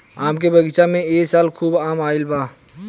आम के बगीचा में ए साल खूब आम आईल बा